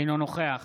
אינו נוכח